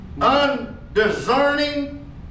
undiscerning